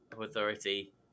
authority